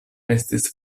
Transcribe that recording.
estis